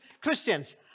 Christians